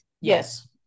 Yes